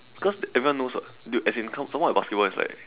cause everyone knows [what] dude as in some more in basketball it's like